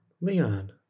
Leon